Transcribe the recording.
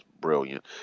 brilliant